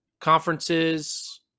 conferences